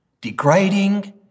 Degrading